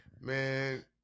Man